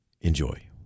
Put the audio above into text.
Enjoy